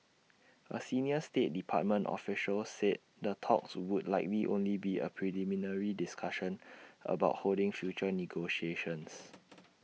A senior state department official said the talks would likely only be A preliminary discussion about holding future negotiations